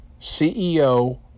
CEO